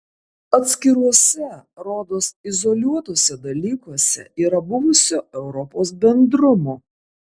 atskiruose rodos izoliuotuose dalykuose yra buvusio europos bendrumo